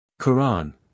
Quran